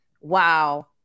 wow